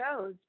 shows